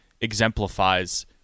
exemplifies